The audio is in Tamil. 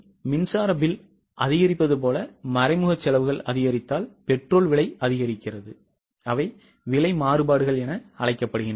மின்சார பில் அதிகரிப்பது போல மறைமுக செலவுகள் அதிகரித்தால் பெட்ரோல் விலை அதிகரிக்கிறது அவை விலை மாறுபாடுகள் என அழைக்கப்படுகின்றன